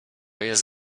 jest